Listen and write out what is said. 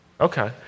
Okay